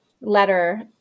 letter